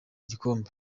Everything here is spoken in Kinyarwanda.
igikombe